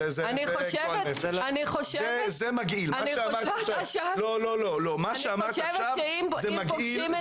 זה מגעיל, מה שאמרת עכשיו זה מגעיל,